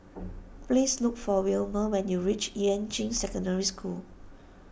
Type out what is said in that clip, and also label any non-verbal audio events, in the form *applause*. *noise* please look for Wilmer when you reach Yuan Ching Secondary School